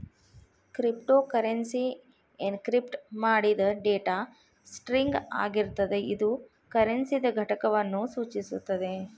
cryptocurrency encrypt ಮಾಡಿದ್ data string ಆಗಿರ್ತದ ಇದು ಕರೆನ್ಸಿದ್ ಘಟಕವನ್ನು ಸೂಚಿಸುತ್ತದೆ